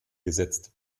gesetzt